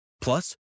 Plus